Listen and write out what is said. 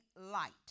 light